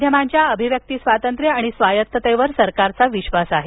माध्यमांच्या अभिव्यक्ती स्वातंत्र्य आणि स्वायत्ततेवर सरकारचा विश्वास आहे